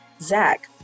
Zach